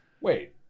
Wait